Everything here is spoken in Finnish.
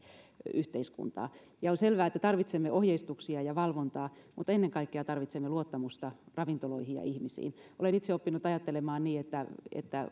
yhteiskuntaa on selvää että tarvitsemme ohjeistuksia ja valvontaa mutta ennen kaikkea tarvitsemme luottamusta ravintoloihin ja ihmisiin olen itse oppinut ajattelemaan niin että että